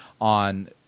on